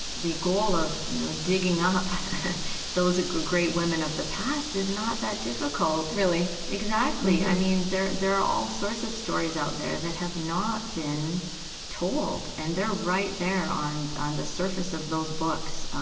the goal of, you know, digging up those great women of the past is not that difficult really? exactly mm-hmm i mean there there are all sorts of stories out there that have not been told, and they're right there on on the surface of those books.